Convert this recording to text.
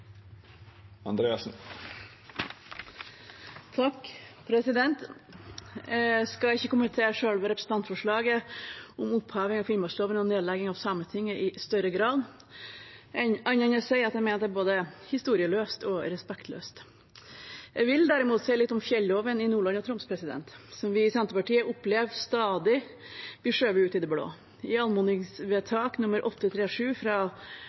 skal ikke kommentere selve representantforslaget om oppheving av Finnmarksloven og nedlegging av Sametinget i større grad, annet enn å si at jeg mener det er både historieløst og respektløst. Jeg vil derimot si litt om fjelloven i Nordland og Troms, som vi i Senterpartiet opplever stadig blir skjøvet ut i det blå. I anmodningsvedtak nr. 837 fra